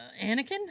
Anakin